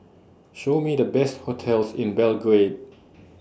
Show Me The Best hotels in Belgrade